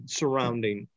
surrounding